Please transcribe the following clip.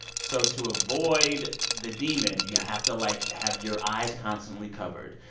so to avoid the demon, you have to, like, have your eyes constantly covered.